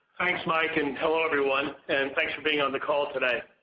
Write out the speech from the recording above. thanks, mike and hello everyone and thanks for being on the call today.